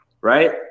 Right